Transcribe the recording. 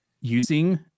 using